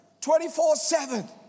24-7